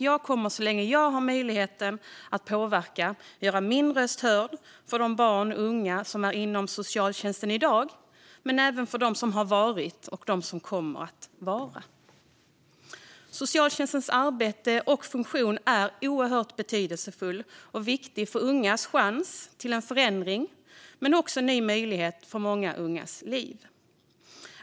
Jag kommer så länge jag har möjligheten att påverka att göra min röst hörd för de barn och unga som omfattas av socialtjänstens insatser i dag, men även för dem som har omfattats eller kommer att omfattas. Socialtjänstens arbete och funktion är av oerhörd betydelse för ungas chans till en förändring men innebär också en ny möjlighet i många ungas liv.